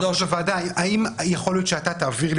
במקום "תאגיד השידור הישראלי לא יישא" יבוא "ועדת הבחירות המרכזית,